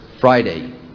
Friday